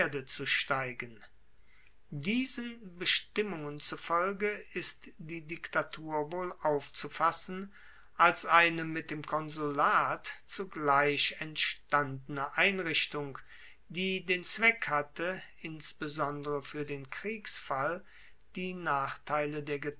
zu steigen diesen bestimmungen zufolge ist die diktatur wohl aufzufassen als eine mit dem konsulat zugleich entstandene einrichtung die den zweck hatte insbesondere fuer den kriegsfall die nachteile der